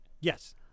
Yes